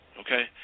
Okay